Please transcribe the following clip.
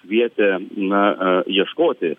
kvietė na a ieškoti